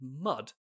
mud